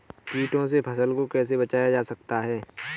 कीटों से फसल को कैसे बचाया जा सकता है?